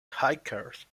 hikers